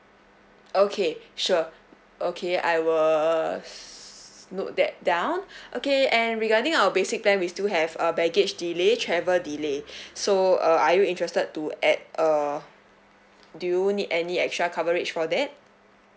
okay sure okay I will s~ note that down okay and regarding our basic plan we still have uh baggage delay travel delay so uh are you interested to add err do you need any extra coverage for that